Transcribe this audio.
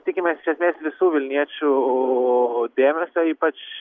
tikimės iš esmės visų vilniečių dėmesio ypač